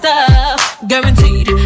Guaranteed